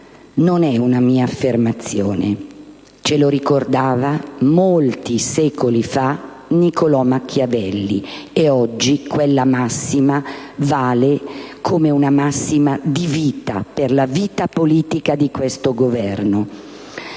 Non è una mia affermazione. Ce lo ricordava molti secoli fa Niccolò Machiavelli, ed oggi quella massima vale più che mai come massima di vita per la vita politica di questo Governo.